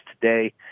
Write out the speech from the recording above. today